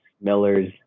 Miller's